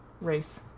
Race